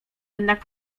jednak